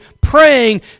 praying